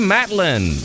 Matlin